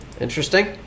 Interesting